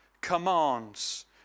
commands